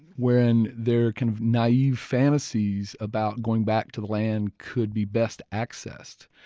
wherein their kind of naive fantasies about going back to the land could be best accessed.